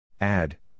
Add